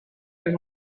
les